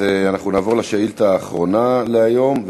אז נעבור לשאילתה האחרונה להיום,